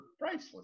priceless